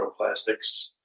microplastics